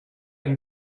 and